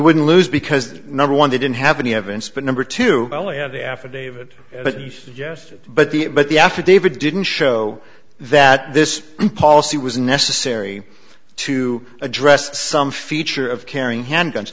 wouldn't lose because number one they didn't have any evidence but number two the affidavit yes but the but the affidavit didn't show that this policy was necessary to address some feature of carrying handguns